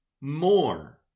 more